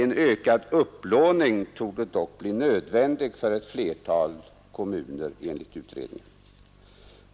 En ökad upplåning torde dock bli nödvändig för ett flertal kommuner enligt utredningen.